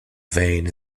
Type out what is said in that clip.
vane